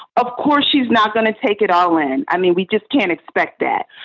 of course, she's not going to take it all in. i mean, we just can't expect that,